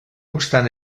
obstant